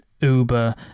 uber